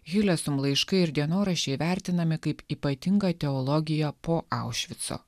hilesum laiškai ir dienoraščiai vertinami kaip ypatingą teologija po aušvico